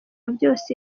byose